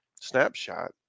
snapshot